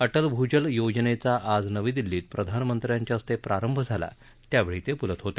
अटल भूजल योजनेचा आज नवी दिल्लीत प्रधामंत्र्यांच्या हस्ते प्रारंभ झाला त्यावेळी ते बोलत होते